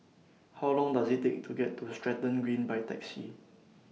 How Long Does IT Take to get to Stratton Green By Taxi